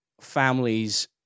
Families